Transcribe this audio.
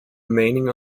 remaining